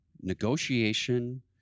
negotiation